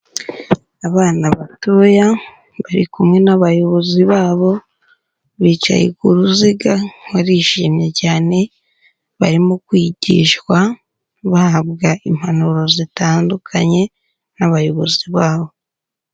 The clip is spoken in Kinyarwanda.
Abana batoya, bari kumwe n'abayobozi babo, bicaye ku ruziga, barishimye cyane, barimo kwigishwa, bahabwa impanuro zitandukanye n'abayobozi babo.